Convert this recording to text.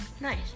Nice